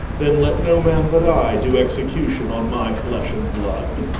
then let no man but i do execution on my flesh and blood.